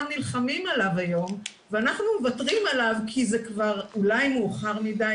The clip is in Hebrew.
נלחמים עליו היום ואנחנו מוותרים עליו כי זה כבר אולי מאוחר מדי.